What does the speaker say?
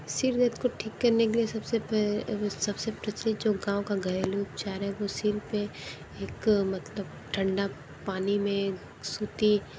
सिर दर्द को ठीक करने के लिए सबसे सबसे प्रसिद्ध जो गांव का घरेलू उपचार है वो सिर पे एक मतलब ठंडा पानी में सूती